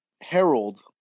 Harold